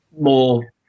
more